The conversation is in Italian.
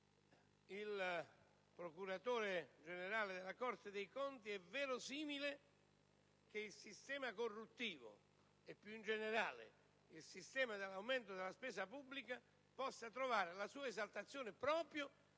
il procuratore generale della Corte dei conti, è verosimile che il sistema corruttivo e, più in generale, il sistema dell'aumento della spesa pubblica possa trovare la sua esaltazione proprio